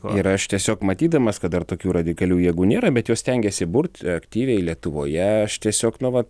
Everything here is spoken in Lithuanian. ir aš tiesiog matydamas kad dar tokių radikalių jėgų nėra bet jos stengiasi burt aktyviai lietuvoje aš tiesiog na va